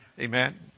Amen